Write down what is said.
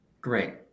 Great